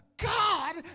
God